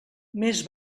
més